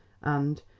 and,